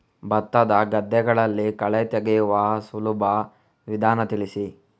ಭತ್ತದ ಗದ್ದೆಗಳಲ್ಲಿ ಕಳೆ ತೆಗೆಯುವ ಸುಲಭ ವಿಧಾನ ತಿಳಿಸಿ?